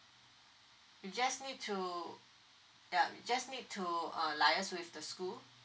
you just need to ya you just need to uh liaise with the school